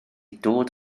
dod